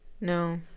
no